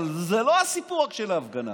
אבל זה לא רק הסיפור של ההפגנה.